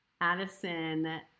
Addison